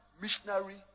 missionary